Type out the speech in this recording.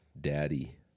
daddy